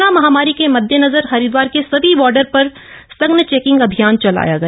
कोरोन महामारी के मद्देनजर हरिदवाप्र के सभी बॉर्डर पर सघन चेकिंग अभियाम चलाया गया